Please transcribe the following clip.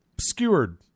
skewered